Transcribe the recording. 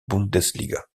bundesliga